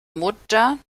mutter